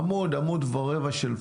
עמוד-עמוד ורבע.